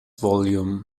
vol